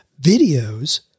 videos